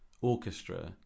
orchestra